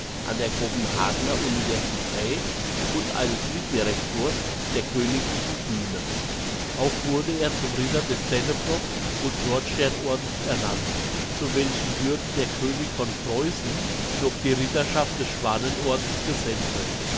an der kopenhagener universität und eines mitdirektors der königlichen bühne auch wurde er zum ritter des danebrog und nordsternordens ernannt zu welchen würden der könig von preußen noch die ritterschaft des schwanenordens gesellte